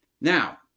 Now